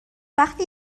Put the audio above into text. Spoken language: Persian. وقتی